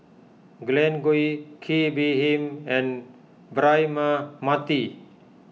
Glen Goei Kee Bee Khim and Braema Mathi